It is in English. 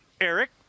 Eric